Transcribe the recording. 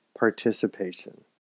Participation